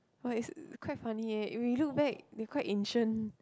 but it's quite funny eh if we look back we quite ancient